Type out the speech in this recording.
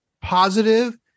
positive